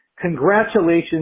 Congratulations